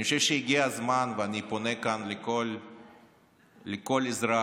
אני חושב שהגיע הזמן, ואני פונה כאן לכל אזרח,